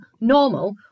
normal